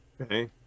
Okay